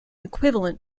equivalent